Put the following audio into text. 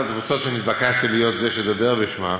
שנתבקשתי להיות מי שידבר בשמו,